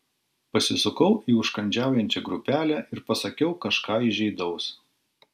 pasisukau į užkandžiaujančią grupelę ir pasakiau kažką įžeidaus